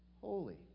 holy